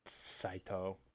saito